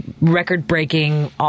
record-breaking